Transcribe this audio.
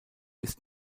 ist